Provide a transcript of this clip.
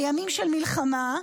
בימים של מלחמה,